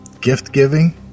gift-giving